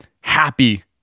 Happy